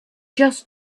just